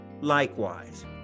likewise